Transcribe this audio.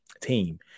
team